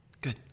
Good